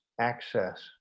access